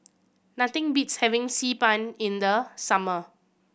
nothing beats having Xi Ban in the summer